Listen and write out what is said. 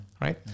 right